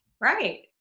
Right